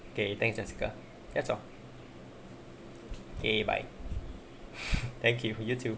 okay thank jessica that's all okay bye thank you for you too